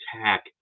attack